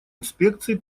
инспекций